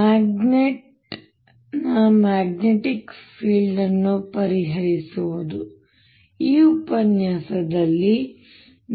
magnet ನ magnetic field ಅನ್ನು ಪರಿಹರಿಸುವುದು ಈ ಉಪನ್ಯಾಸದಲ್ಲಿ